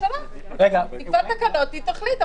היא תקבע תקנות והיא תחליט,